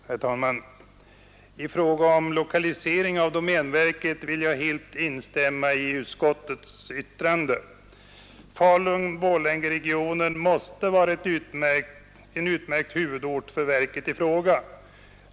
Herr talman! I frågan om domänverkets lokalisering vill jag helt instämma i utskottets yttrande. Falun-Borlängeregionen måste vara en utmärkt huvudort för verket i fråga.